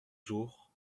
jours